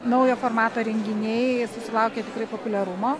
naujo formato renginiai susilaukė tikrai populiarumo